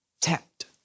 tapped